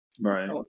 Right